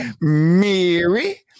Mary